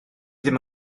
ddim